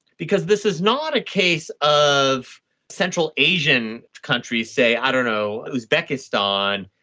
because this is not a case of central asian countries, say, i don't know, uzbekistan,